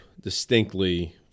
distinctly